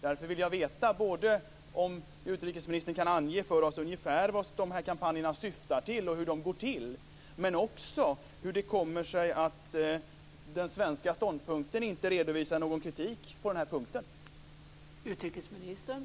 Därför vill jag veta om utrikesministern kan ange för oss ungefär vad kampanjerna syftar till, hur de går till, men också hur det kommer sig att den svenska ståndpunkten inte redovisar någon kritik.